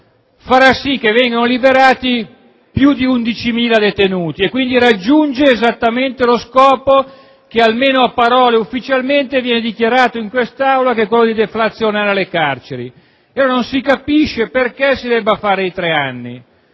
consentirebbe di liberare più di 11.000 detenuti e quindi si raggiungerà esattamente lo scopo che, almeno a parole, ufficialmente, viene dichiarato in quest'Aula, che è quello di deflazionare le carceri. Non si capisce perché si debba stabilire una